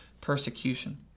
persecution